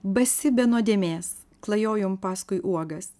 basi be nuodėmės klajojom paskui uogas